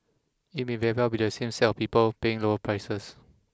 it may very well be the same set of people paying lower prices